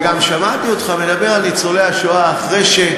וגם שמעתי אותך מדבר על ניצולי השואה אחרי,